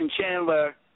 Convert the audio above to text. Chandler